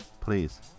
please